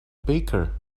baker